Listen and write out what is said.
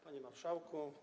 Panie Marszałku!